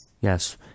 Yes